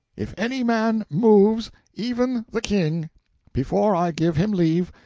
if any man moves even the king before i give him leave,